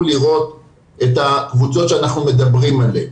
לראות את הקבוצות שאנחנו מדברים עליהן.